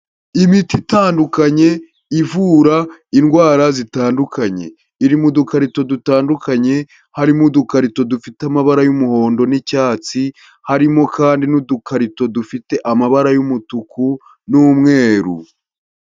Imiti itandukanye ivura indwara zitandukanye iri mu dukarito dutandukanye, harimo udukarito dufite amabara y'umuhondo n'icyatsi, harimo kandi n'udukarito dufite amabara y'umutuku n'umweru.